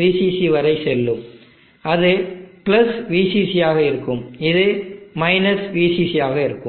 VCC வரை செல்லும் அது VCC ஆக இருக்கும் இது -VCC ஆக இருக்கும்